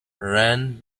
ran